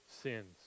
sins